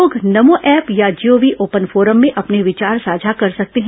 लोग नमो ऐप या G O V open forum में अपने विचार साझा कर सकते हैं